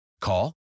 Call